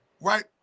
Right